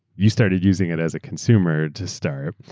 you started using it as a consumer to start.